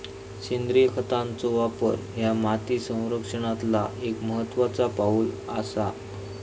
सेंद्रिय खतांचो वापर ह्या माती संरक्षणातला एक महत्त्वाचा पाऊल आसा